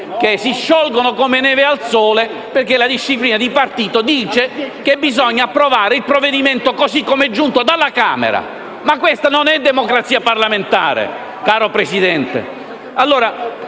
che si sciolgono come neve al sole perché la disciplina di partito dice che bisogna approvare il provvedimento così come è giunto dalla Camera. Ma questa non è democrazia parlamentare, caro Presidente.